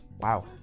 Wow